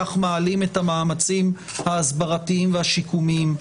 כך מעלים את המאמצים ההסברתיים והשיקומיים.